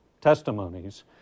testimonies